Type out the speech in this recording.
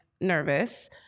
nervous